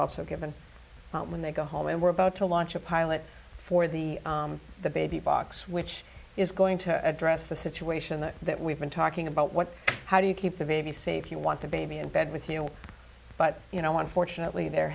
also given when they go home and we're about to launch a pilot for the the baby box which is going to address the situation that that we've been talking about what how do you keep the baby safe you want the baby in bed with you know but you know unfortunately there